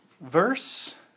verse